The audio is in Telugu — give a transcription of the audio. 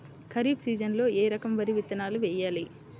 ఖరీఫ్ సీజన్లో ఏ రకం వరి విత్తనాలు వేయాలి?